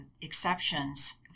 Exceptions